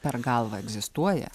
per galvą egzistuoja